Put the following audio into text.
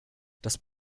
das